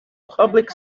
public